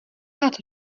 rád